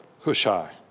Hushai